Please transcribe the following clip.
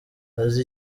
azi